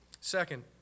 Second